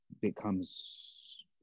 becomes